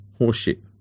horseshit